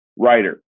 writer